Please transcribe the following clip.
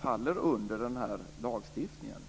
faller under den här lagstiftningen.